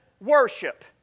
worship